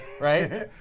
Right